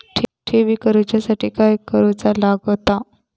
ठेवी करूच्या साठी काय करूचा लागता?